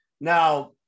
now